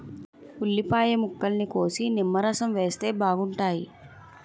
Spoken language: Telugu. ఉల్లిపాయ ముక్కల్ని కోసి నిమ్మరసం వేస్తే బాగుంటాయి